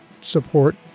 Support